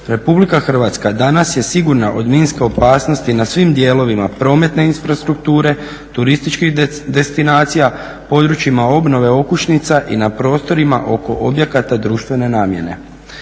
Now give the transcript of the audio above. Republika Hrvatska danas je sigurna od minske opasnosti na svim dijelovima prometne infrastrukture, turističkih destinacija, područjima obnove okućnica i na prostorima oko objekata društvene namjene.